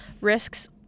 risks